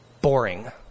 boring